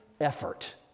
effort